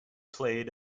played